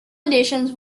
editions